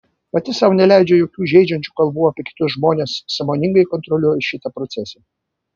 pati sau neleidžiu jokių žeidžiančių kalbų apie kitus žmones sąmoningai kontroliuoju šitą procesą